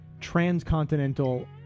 transcontinental